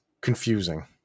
confusing